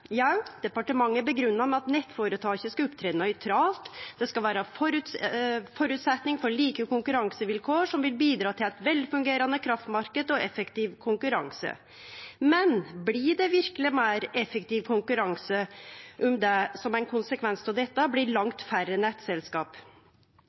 med at nettføretaket skal opptre nøytralt, det skal vere føresetnad for like konkurransevilkår som vil bidra til ein velfungerande kraftmarknad og effektiv konkurranse. Men blir det verkeleg meir effektiv konkurranse om det som ein konsekvens av dette blir